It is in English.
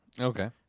okay